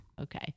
Okay